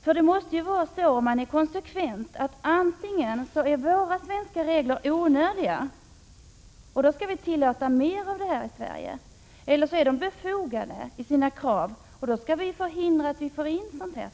Är man konsekvent måste man ju anse att antingen är våra svenska regler onödiga — och då skall vi tillåta mer av det här i Sverige — eller också är de befogade och då bör vi förhindra införsel till Sverige av de ifrågavarande varorna.